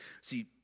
See